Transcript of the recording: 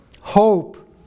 hope